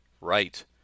Right